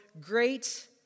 great